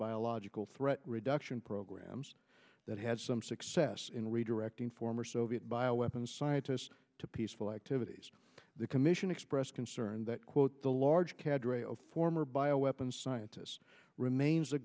biological threat reduction programs that had some success in redirecting former soviet bio weapons scientists to peaceful activities the commission expressed concern that quote the large cadre of former bio weapons scientists remains